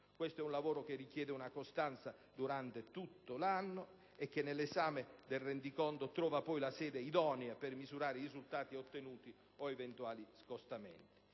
Questo è un lavoro che richiede una costanza durante tutto l'anno e che nell'esame del rendiconto trova poi la sede idonea per misurare i risultati ottenuti o eventuali scostamenti.